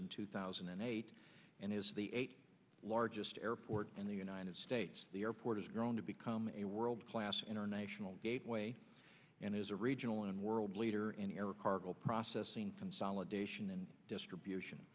in two thousand and eight and is the eighth largest airport in the united states the airport has grown to become a world class international gateway and is a regional and world leader in air cargo processing consolidation and distribution